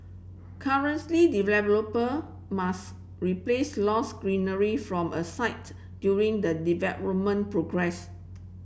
currently developer must replace lost greenery from a site during the development progress